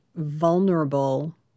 vulnerable